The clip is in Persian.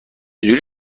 جوری